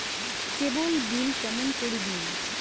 কেবল bill কেমন করি দিম?